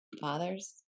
fathers